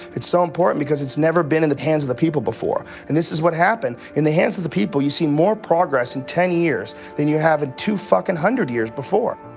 it's so important because it's never been in the hands of the people before and this is what happened in the hands of the people you've seen more progress in ten years than we have in two fuckin' hundred years before.